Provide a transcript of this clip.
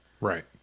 Right